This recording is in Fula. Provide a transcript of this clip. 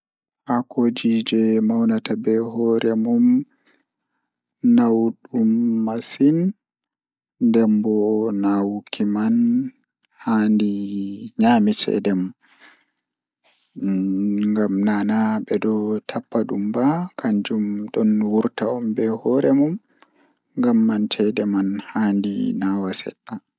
Haa njiɗi ko fiyaa, ɓe njannde ko fayde e ngoodi, ko ɓuri woni daande, e teddungal e maayoowal. Haa, moƴƴere ngoodi ko ɓe njannde waawataa, ɗum weli fiyaa woni ngam waɗde ko saare be nder njannde mum, walla waawataa. Ko wonaa waɗde ɓe njannde waawataa, wootere faayde fowte.